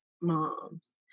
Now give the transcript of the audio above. moms